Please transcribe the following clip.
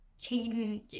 changing